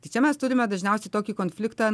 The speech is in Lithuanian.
tai čia mes turime dažniausiai tokį konfliktą